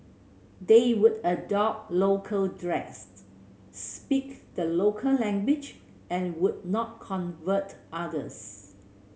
they would adopt local dress speak the local language and would not convert others